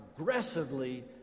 aggressively